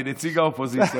כנציג האופוזיציה,